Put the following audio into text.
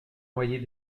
loyer